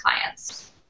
clients